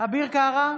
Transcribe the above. אביר קארה,